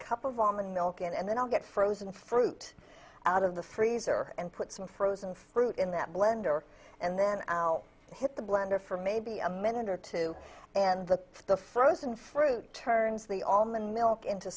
couple of almond milk in and then i'll get frozen fruit out of the freezer and put some frozen fruit in that blender and then i'll hit the blender for maybe a minute or two and the the frozen fruit turns the allman milk into